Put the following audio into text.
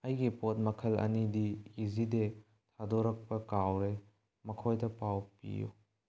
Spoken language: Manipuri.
ꯑꯩꯒꯤ ꯄꯣꯠ ꯃꯈꯜ ꯑꯅꯤꯗꯤ ꯏꯖꯤ ꯗꯦ ꯊꯥꯗꯣꯔꯛꯄ ꯀꯥꯎꯔꯦ ꯃꯈꯣꯏꯗ ꯄꯥꯎ ꯄꯤꯌꯨ